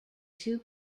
two